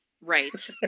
Right